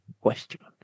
question